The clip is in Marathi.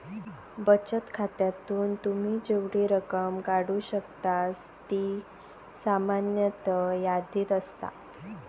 बचत खात्यातून तुम्ही जेवढी रक्कम काढू शकतास ती सामान्यतः यादीत असता